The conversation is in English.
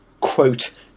quote